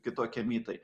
kitokie mitai